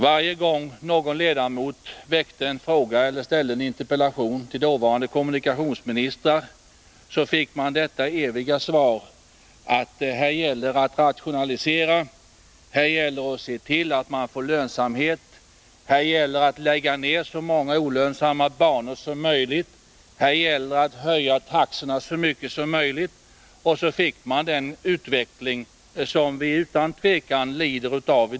Varje gång någon ledamot ställde en fråga eller en interpellation till dåvarande kommunikationsministrar, fick man det eviga svaret: Här gäller det att rationalisera, se till att vi får lönsamhet, lägga ned så många olönsamma banor som möjligt och att höja taxorna så mycket som möjligt. Så fick vi också den utveckling som vi i dag utan tvivel lider av.